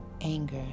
anger